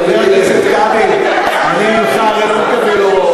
חבר הכנסת כבל, אני ממך הרי לא מקבל הוראות.